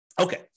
Okay